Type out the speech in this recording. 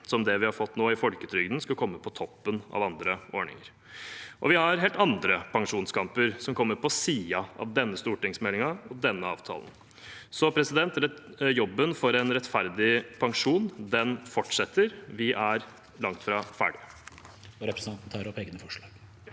som det vi har fått nå i folketrygden, skal komme på toppen av andre ordninger. Vi har også helt andre pensjonskamper som kommer på siden av denne stortingsmeldingen og denne avtalen. Jobben for en rettferdig pensjon fortsetter. Vi er langt fra ferdig.